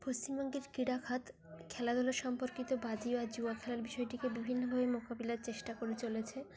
পশ্চিমবঙ্গের ক্রীড়া খাত খেলাধুলা সম্পর্কিত বাজি বা জুয়া খেলার বিষয়টিকে বিভিন্নভাবে মোকাবিলার চেষ্টা করে চলেছে